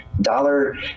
dollar